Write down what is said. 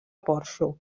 porxo